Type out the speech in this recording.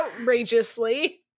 outrageously